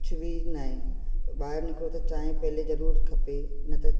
कुझु बि न आहे ॿाहिरि निकिरो त चांहिं पहले ज़रूरु खपे न त